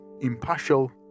impartial